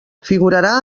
figurarà